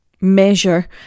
measure